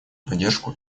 поддержку